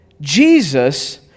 Jesus